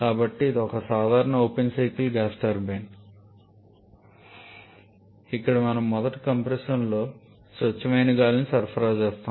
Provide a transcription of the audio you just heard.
కాబట్టి ఇది ఒక సాధారణ ఓపెన్ సైకిల్ గ్యాస్ టర్బైన్ ఇక్కడ మనము మొదట కంప్రెసర్లో స్వచ్ఛమైన గాలిని సరఫరా చేస్తున్నాము